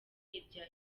irya